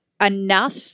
enough